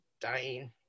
dying